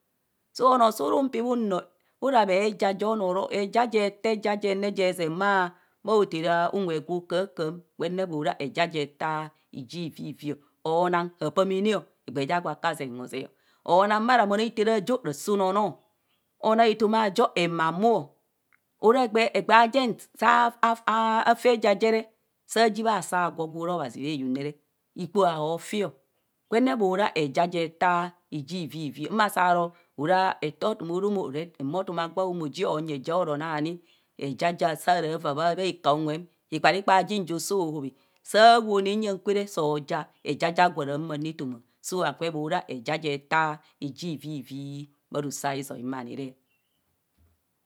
So onoo saan pi uno ara bhe ja je onuo ero eja je taa eja jen ne je zen bha unwe gwo kahakaha gwenne mora eja je taa yi ivivivi aonang hapemana egbee ja gwa zeng o zzee onaa bha ramon ithera aajo ra sa unoonoo, anaa etoma ajo emamu, egbee ajen saafa eje jere saa ji bha saagwo gwo ora obhazi bhayong ne re ikpoa hotio gwenne mora eja tas yi vivi masa ro ara ete otum aro mo. aro mma otum agwa o mo jieng onyi eja oro naa ni eja jaa saraa vaa bha kaha unwem ikparikpaa jin jo sao hobhe saa woone nyang kwere re sio ja eja ja gwa oahumo anu etoma soo agwe mora eja je taa iji vivi bha rosizio mani re